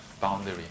boundary